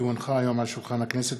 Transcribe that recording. כי הונחה היום על שולחן הכנסת,